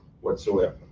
whatsoever